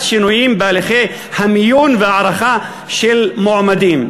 שינויים בהליכי המיון וההערכה של מועמדים.